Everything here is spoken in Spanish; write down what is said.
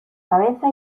cabeza